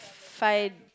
five